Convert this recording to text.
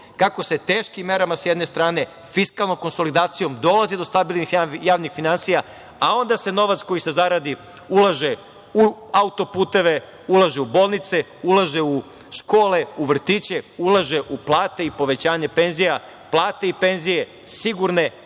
kako se teškim merama, sa jedne strane, fiskalnom konsolidacijom dolazi do stabilnih javnih finansija, a onda se novac koji se zaradi ulaže u autoputeve, ulaže u bolnice, ulaže u škole, u vrtiće, ulaže u plate i povećanje penzija. Plate i penzije sigurne,